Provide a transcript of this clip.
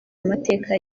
amateka